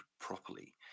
properly